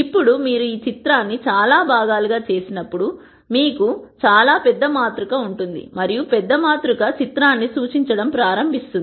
ఇప్పుడు మీరు ఈ చిత్రాన్ని చాలా భాగాలుగా చేసినప్పుడు మీకు చాలా పెద్ద మాతృక ఉంటుంది మరియు పెద్ద మాతృక చిత్రాన్ని సూచించడం ప్రారంభిస్తుంది